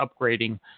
upgrading